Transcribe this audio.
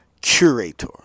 curator